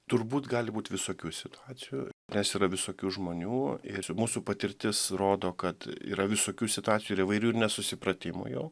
turbūt gali būt visokių situacijų nes yra visokių žmonių ir mūsų patirtis rodo kad yra visokių situacijų ir įvairių ir nesusipratimų jau